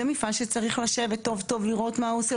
זה מפעל שצריך לשבת טוב טוב לראות מה הוא עושה,